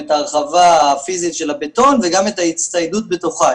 את ההרחבה הפיזית של הבטון וגם את ההצטיידות בתוכה,